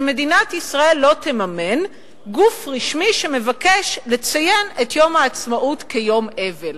שמדינת ישראל לא תממן גוף רשמי שמבקש לציין את יום העצמאות כיום אבל.